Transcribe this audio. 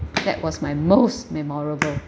that was my most memorable